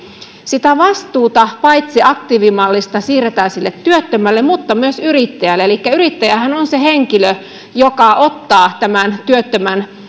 sitä vastuuta aktiivimallista siirretään paitsi sille työttömälle mutta myös yrittäjälle elikkä yrittäjähän on se henkilö joka ottaa tämän työttömän